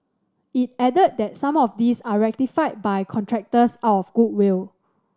it added that some of these are rectified by contractors out of goodwill